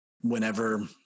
whenever